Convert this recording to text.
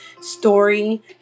story